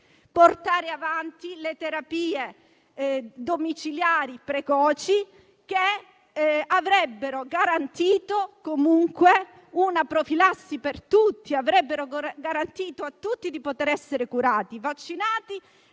portare avanti le terapie domiciliari precoci, che avrebbero garantito comunque una profilassi per tutti e avrebbero garantito a tutti di essere curati, vaccinati